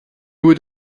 would